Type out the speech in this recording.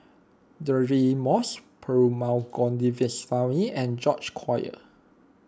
Deirdre Moss Perumal Govindaswamy and George Collyer